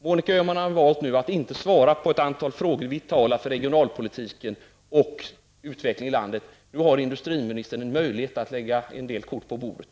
Monica Öhman har valt att inte svara på ett antal frågor som är vitala för regionalpolitiken och utvecklingen i landet. Nu har industriministern möjlighet att lägga en del kort på bordet.